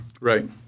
Right